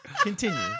Continue